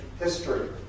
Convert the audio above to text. history